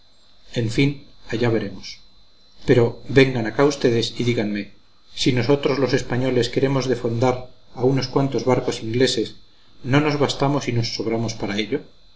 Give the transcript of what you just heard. en fin allá veremos pero vengan acá ustedes y díganme si nosotros los españoles queremos defondar a unos cuantos barcos ingleses no nos bastamos y nos sobramos para ello